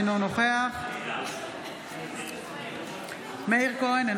אינו נוכח מאיר כהן,